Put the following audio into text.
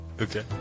Okay